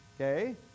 Okay